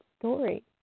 story